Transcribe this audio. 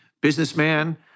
businessman